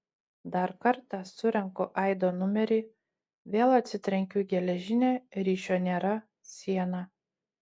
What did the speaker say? dar kartą surenku aido numerį vėl atsitrenkiu į geležinę ryšio nėra sieną